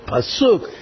Pasuk